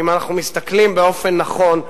אם אנחנו מסתכלים באופן נכון,